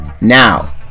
now